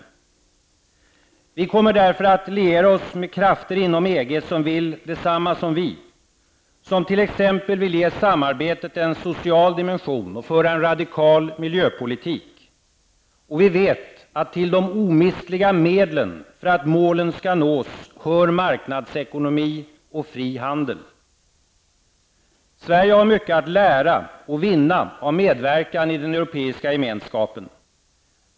Vi kommer därför att liera oss med krafter inom EG som vill detsamma som vi, som t.ex. vill ge samarbetet en social dimension och föra en radikal miljöpolitik. Och vi vet, att till de omistliga medlen för att målen skall nås hör marknadsekonomi och fri handel. Sverige har mycket att lära och vinna av medverkan i den europeiska gemenskapen.